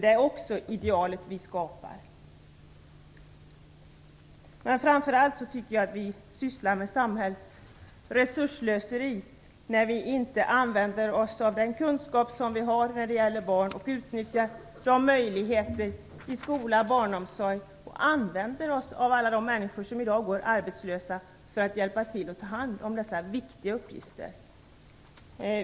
Det är också ett ideal vi skapar. Framför allt tycker jag att vi sysslar med resursslöseri i samhället, när vi inte använder oss av den kunskap vi har när det gäller barn, inte utnyttjar möjligheterna i skola och barnomsorg och använder oss av alla de människor som i dag går arbetslösa för att hjälpa till med dessa viktiga uppgifter.